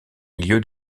milieu